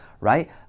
right